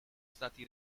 stati